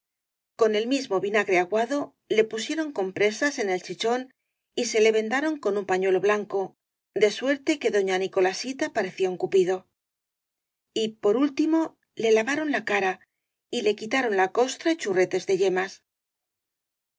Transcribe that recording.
con el mismo vinagre aguado le pusieron compresas en el chichón y se le vendaron con un pañuelo blanco de suerte que doña nicolasita parecía un cupido y por último le lavaron la cara y le quitaron la costra y churre tes de yemas